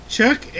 Chuck